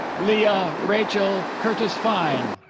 lia rachel curtis-fine